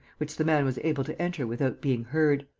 which the man was able to enter without being heard.